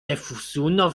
nessuno